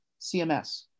CMS